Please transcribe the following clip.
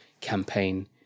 campaign